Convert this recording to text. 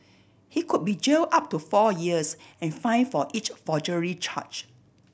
he could be jail up to four years and fine for each forgery charge